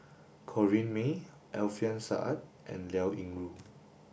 Corrinne May Alfian Sa'at and Liao Yingru